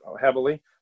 heavily